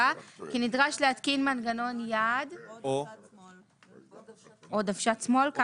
כי נדרש להתקין מנגנון יד או דוושת שמאל.